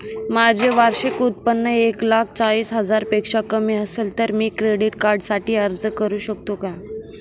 माझे वार्षिक उत्त्पन्न एक लाख चाळीस हजार पेक्षा कमी असेल तर मी क्रेडिट कार्डसाठी अर्ज करु शकतो का?